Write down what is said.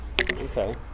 Okay